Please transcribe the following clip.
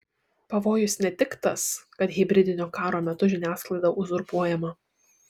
pavojus ne tik tas kad hibridinio karo metu žiniasklaida uzurpuojama